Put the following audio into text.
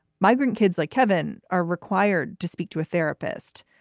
migrant kids like kevin are required to speak to a therapist.